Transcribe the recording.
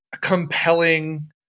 compelling